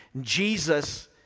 jesus